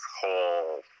whole